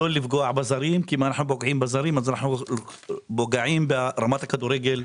לא לפגוע בזרים כי אם אנחנו פוגעים בזרים אז אנחנו פוגעים ברמת הכדורגל.